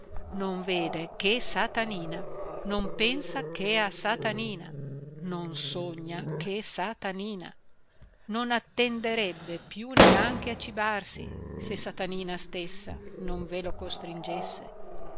non vede che satanina non pensa che a satanina non sogna che satanina non attenderebbe più neanche a cibarsi se satanina stessa non ve lo costringesse